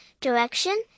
direction